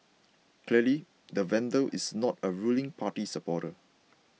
clearly the vandal is not a ruling party supporter